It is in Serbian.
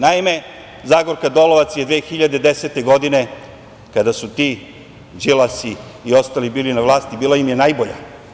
Naime, Zagorka Dolovac je 2010. godine, kada su ti Đilasi i ostali bili na vlasti, bila im je najbolja.